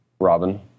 robin